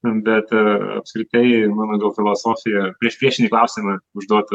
bet apskritai mano gal filosofija prieš priešinį klausimą užduotų